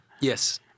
Yes